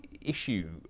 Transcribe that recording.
issue